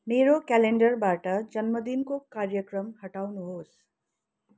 मेरो क्यालेन्डरबाट जन्मदिनको कार्यक्रम हटाउनुहोस्